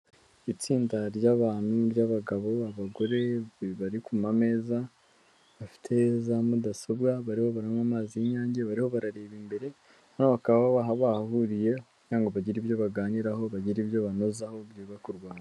Itsinda ry'abantu ry'abagabo, abagore bari kuma meza bafite za mudasobwa bariho baranywa amazi y'inyange bariho barareba imbere, hano bakaba bahahuriye kugira ngo bagire ibyo baganiraho banozaho byubaka u Rwanda.